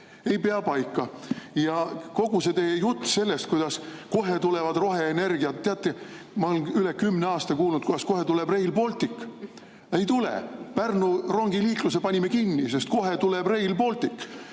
Ei pea paika. Ja kogu see teie jutt sellest, kuidas kohe tulevad roheenergiad – teate, ma olen üle kümne aasta kuulnud, kuidas kohe tuleb Rail Baltic. Ei tule! Pärnu rongiliikluse panime kinni, sest kohe tuleb Rail Baltic.